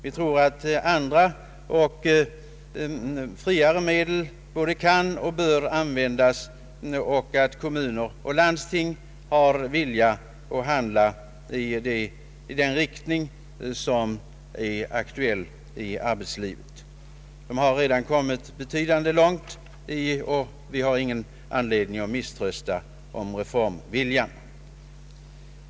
Vi tror att andra och friare medel både kan och bör användas och att kommuner och landsting har vilja att själva handla i den riktning som är aktuell inom arbetslivet. De har redan kommit mycket långt, och vi har ingen anledning att misströsta om reformviljan.